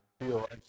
feel